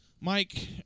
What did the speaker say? Mike